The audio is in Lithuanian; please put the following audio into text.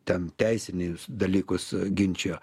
ten teisinius dalykus ginčijo